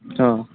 ହଁ